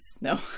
No